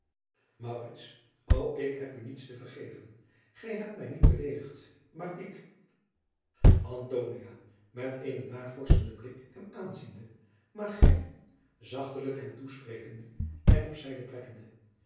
o ik heb u niets te vergeven gij hebt mij niet beleedigd maar ik adriaan loosjes pzn het leven van maurits lijnslager antonia met een navorschenden blik hem aanziende maar gij zachtelijk hem toesprekende en op zijde trekkende